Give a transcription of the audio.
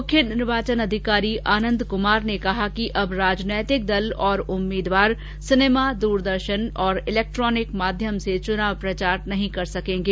मुख्य निर्वाचन अधिकारी आनंद कुमार ने कहा कि अब राजनैतिक दल और उम्मीदवार सिनेमा द्रदर्शन और इलेक्ट्रोनिक माध्यम से चुनाव प्रचार नहीं कर सकेंगे